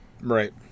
right